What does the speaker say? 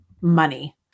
money